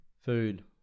Food